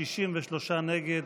63 נגד.